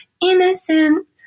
innocent